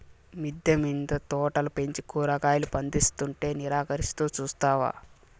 మిద్దె మింద తోటలు పెంచి కూరగాయలు పందిస్తుంటే నిరాకరిస్తూ చూస్తావా